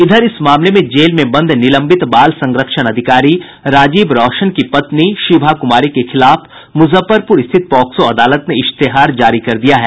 इधर इस मामले में जेल में बंद निलंबित बाल संरक्षण अधिकारी राजीव रौशन की पत्नी शिभा कुमारी के खिलाफ मुजफ्फरपुर स्थित पॉक्सो अदालत ने इश्तेहार जारी कर दिया है